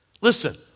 Listen